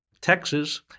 Texas